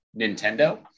Nintendo